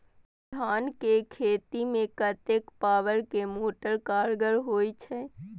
धान के खेती में कतेक पावर के मोटर कारगर होई छै?